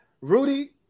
rudy